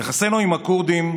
יחסינו עם הכורדים,